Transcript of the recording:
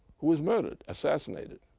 who was murdered, assassinated,